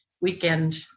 weekend